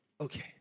Okay